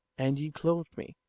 and ye clothed me.